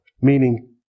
meaning